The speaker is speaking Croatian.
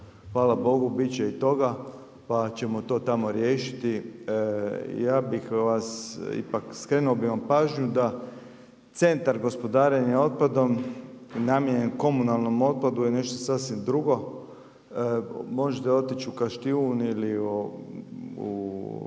hvala Bogu, bit će i toga, pa ćemo to tamo riješiti. Skrenuo bi vam pažnju da centar gospodarenjem otpadom je namijenjen komunalnom otpadu je nešto sasvim drugo. Možete otići u …/Govornik